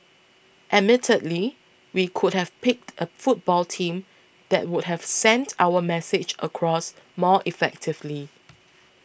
admittedly we could have picked a football team that would have sent our message across more effectively